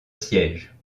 siège